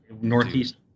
Northeast